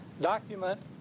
document